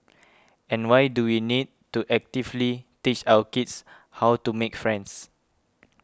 and why do we need to actively teach our kids how to make friends